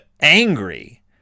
Angry